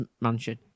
mansion